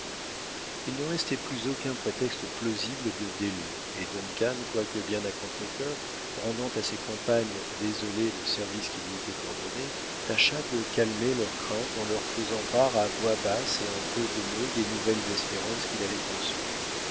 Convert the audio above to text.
il ne restait plus aucun prétexte plausible de délai et duncan quoique bien à contrecœur rendant à ses compagnes désolées le service qui lui était ordonné tâcha de calmer leurs craintes en leur faisant part à voix basse et en peu de mots des nouvelles espérances qu'il avait conçues